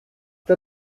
der